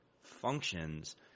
functions –